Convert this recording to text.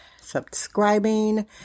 subscribing